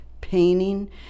painting